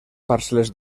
parcel·les